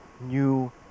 new